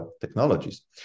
technologies